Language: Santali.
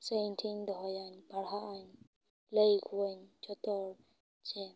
ᱥᱮ ᱤᱧ ᱴᱷᱮᱱᱤᱧ ᱫᱚᱦᱚᱭᱟ ᱯᱟᱲᱦᱟ ᱟᱹᱧ ᱞᱟᱹᱭ ᱟᱠᱚᱣᱟᱹᱧ ᱡᱚᱛᱚᱦᱚᱲ ᱡᱮ